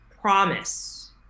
promise